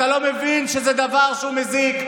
אתה לא מבין שזה דבר שהוא מזיק?